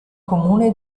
comune